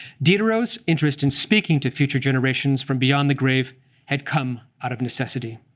diderot's interest in speaking to future generations from beyond the grave had come out of necessity.